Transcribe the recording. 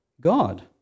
God